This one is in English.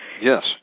Yes